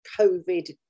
COVID